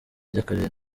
ry’akarere